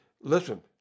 listen